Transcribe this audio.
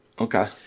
Okay